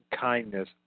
kindness